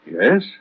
Yes